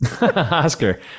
Oscar